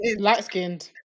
Light-skinned